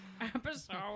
Episode